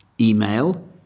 Email